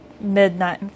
midnight